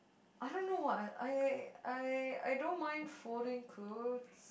I don't know what I I I I don't mind folding clothes